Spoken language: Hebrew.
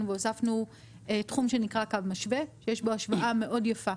והוספנו תחום שנקרא "קו משווה" שיש בו השוואה מאוד יפה